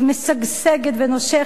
משגשגת ונושכת,